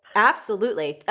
absolutely.